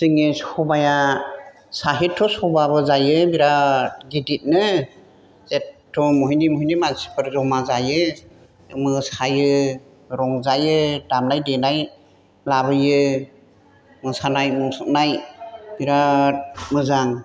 जोंने सबाया साहित्य सभाबो जायो बिराद गिदिदनो एथ्थ' महायनि महायनि मानसिफोर जमा जायो मोसायो रंजायो दामनाय देनाय लाबोयो मोसानाय मुसुरनाय बिराद मोजां